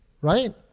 right